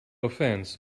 offense